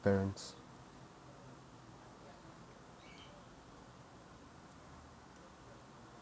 parents